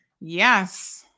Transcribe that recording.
Yes